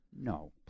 No